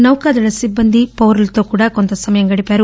నౌకాదళ సిబ్బంది పౌరులతో కూడా కొంత సమయం గడిపారు